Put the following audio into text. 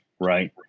Right